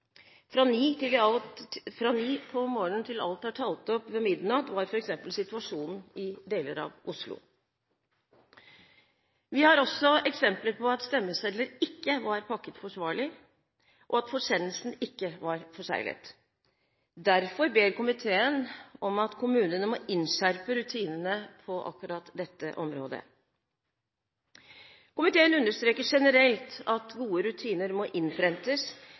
fra kl. 9 om morgenen til alt var talt opp ved midnatt var f.eks. situasjonen i deler av Oslo. Vi har også eksempler på at stemmesedler ikke var pakket forsvarlig, og at forsendelsen ikke var forseglet. Derfor ber komiteen om at kommunene må innskjerpe rutinene på akkurat dette området. Komiteen understreker generelt at gode rutiner må